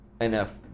enough